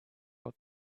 what